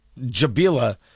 jabila